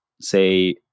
say